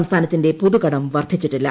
സംസ്ഥാനത്തിന്റെ പൊതുകടം വർദ്ധിച്ചിട്ടില്ല